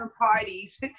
parties